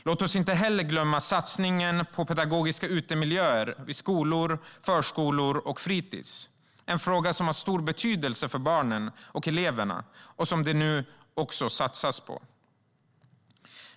Låt oss inte heller glömma satsningen på pedagogiska utemiljöer vid skolor, förskolor och fritis, en fråga som har stor betydelse för barnen och eleverna och som det nu satsas på.